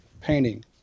painting